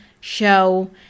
show